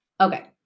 Okay